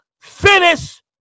Finish